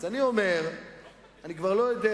אז אני אומר שאני כבר לא יודע.